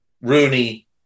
Rooney